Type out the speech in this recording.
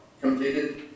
completed